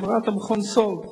היא עברה את מכון סאלד.